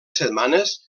setmanes